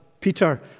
Peter